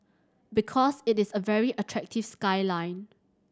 because it is a very attractive skyline